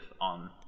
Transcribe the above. on